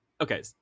okay